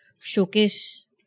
showcase